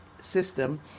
system